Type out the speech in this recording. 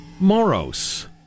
moros